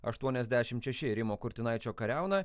aštuoniasdešim šeši rimo kurtinaičio kariauną